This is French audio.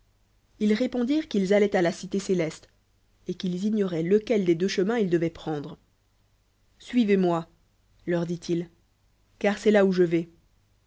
ils répondirent qu'ils alloicnt à la cité céleste et qu'ils ignoraient lequel des deux chemins ils de'oient prendre suivezmoi leur dit-il car c'est j à où je vais